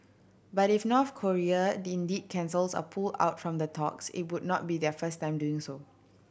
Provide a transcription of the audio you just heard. but if North Korea indeed cancels or pull out from the talks it wouldn't be their first time doing so